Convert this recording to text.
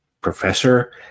professor